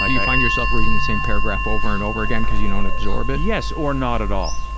ah you find yourself reading the same paragraph over and over again cause you don't absorb it? yes, or not at all.